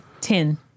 Ten